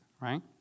right